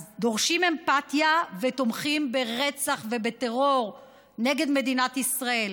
אז דורשים אמפתיה ותומכים ברצח ובטרור נגד מדינת ישראל.